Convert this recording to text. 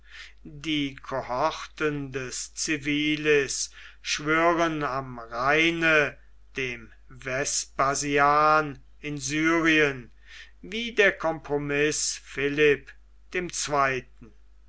die cohorten des civilis schwören am rheine dem vespasian in syrien wie der compromiß philipp dem zweiten